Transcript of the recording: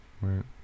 Right